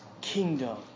kingdom